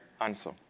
answer